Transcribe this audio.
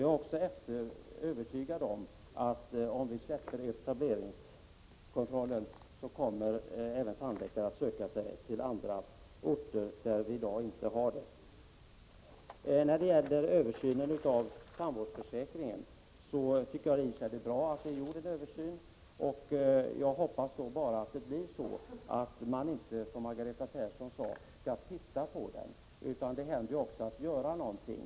Jag är övertygad om att om vi släpper etableringskontrollen så kommer tandläkarna även att söka sig till andra orter, där vi i dag inte har några tandläkare. När det gäller översynen av tandvårdsförsäkringen tycker jag i och för sig att det är bra att det har gjorts en sådan översyn. Jag hoppas då att man inte bara —- som Margareta Persson sade — skall titta på den, utan det gäller att göra någonting.